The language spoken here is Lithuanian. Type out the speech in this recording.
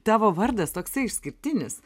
tavo vardas toksai išskirtinis